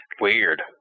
Weird